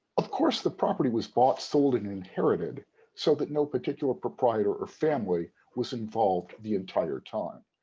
of course, the property was bought, sold, and inherited so that no particular proprietor or family was involved the entire time.